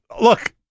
look